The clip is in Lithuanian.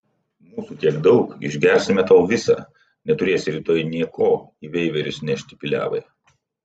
mūsų tiek daug išgersime tau visą neturėsi rytoj nė ko į veiverius nešti pyliavai